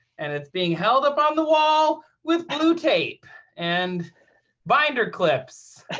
and it's being held up on the wall with blue tape and binder clips